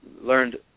learned